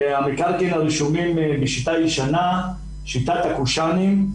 המקרקעין רשומים בשיטה ישנה, שיטת הקושאנים,